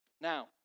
Now